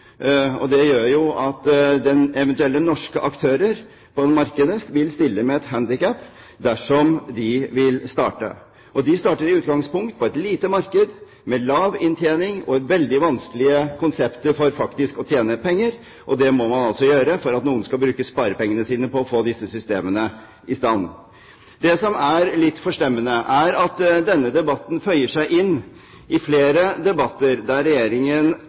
og det gjør at eventuelle norske aktører på markedet vil stille med et handikap dersom de vil starte. De starter med utgangspunkt i et lite marked, med lav inntjening og veldig vanskelige konsepter for faktisk å tjene penger. Og det må man altså gjøre for at noen skal bruke sparepengene sine på å få disse systemene i stand. Det som er litt forstemmende, er at denne debatten føyer seg inn i flere debatter der Regjeringen